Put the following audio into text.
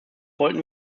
wollten